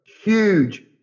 huge